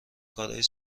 کارای